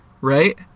right